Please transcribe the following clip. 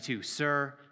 Sir